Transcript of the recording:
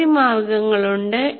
നിരവധി മാർഗങ്ങളുണ്ട്